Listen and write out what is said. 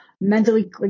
mentally